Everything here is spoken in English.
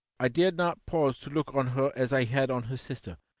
i dared not pause to look on her as i had on her sister,